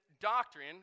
doctrine